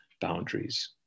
boundaries